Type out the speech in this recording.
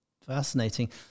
fascinating